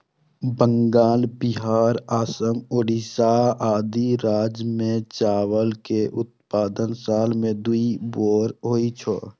बंगाल, बिहार, असम, ओड़िशा आदि राज्य मे चावल के उत्पादन साल मे दू बेर होइ छै